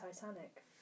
Titanic